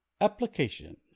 application